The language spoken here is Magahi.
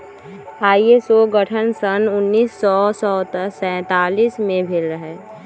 आई.एस.ओ के गठन सन उन्नीस सौ सैंतालीस में भेल रहै